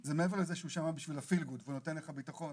זה מעבר לזה שהוא שם בשביל ה-Feel good והוא נותן לך ביטחון,